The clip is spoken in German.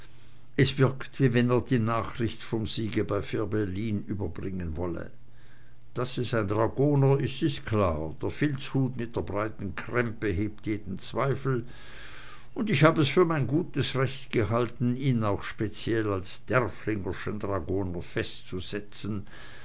es wirkt wie wenn er die nachricht vom siege bei fehrbellin überbringen wolle daß es ein dragoner ist ist klar der filzhut mit der breiten krempe hebt jeden zweifel und ich hab es für mein gutes recht gehalten ihn auch speziell als derfflingerschen dragoner festzusetzen